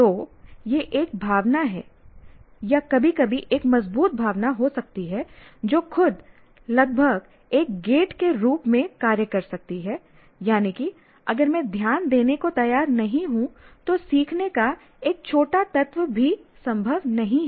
तो यह एक भावना है या कभी कभी एक मजबूत भावना हो सकती है जो खुद लगभग एक गेट के रूप में कार्य कर सकती है यानी कि अगर मैं ध्यान देने को तैयार नहीं हूं तो सीखने का एक छोटा तत्व भी संभव नहीं है